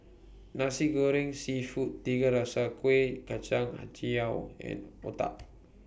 Nasi Goreng Seafood Tiga Rasa Kueh Kacang Hijau and Otah